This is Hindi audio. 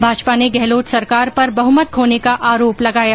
भाजपा ने गहलोत सरकार पर बहमत खोने का आरोप लगाया